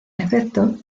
efecto